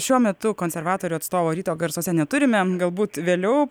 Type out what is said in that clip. šiuo metu konservatorių atstovo ryto garsuose neturime galbūt vėliau